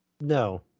No